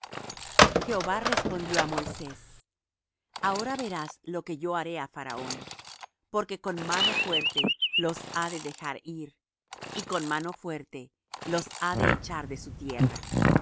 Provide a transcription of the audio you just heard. jehova respondió á moisés ahora verás lo que yo haré á faraón porque con mano fuerte los ha de dejar ir y con mano fuerte los ha de echar de su tierra